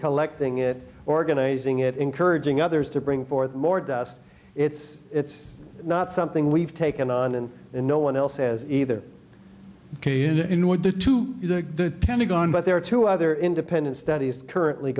collecting it organizing it encouraging others to bring forth more dust it's it's not something we've taken on and no one else has either in would do to the pentagon but there are two other independent studies currently